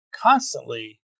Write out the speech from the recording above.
constantly